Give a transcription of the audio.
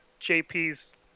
jp's